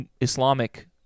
Islamic